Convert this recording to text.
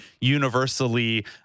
universally